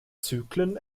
zyklen